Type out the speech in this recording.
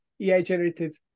AI-generated